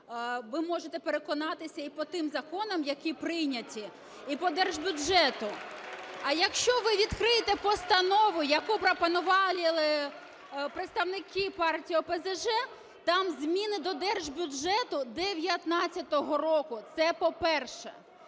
ви можете переконатися і по тим законам, які прийняті, і по держбюджету. А якщо ви відкриєте постанову, яку пропонували представники партії "Опозиційна платформа – За життя", там зміни до держбюджету 2019 року, це по-перше.